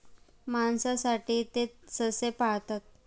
मांसासाठी ते ससे पाळतात